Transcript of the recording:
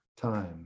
time